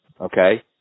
okay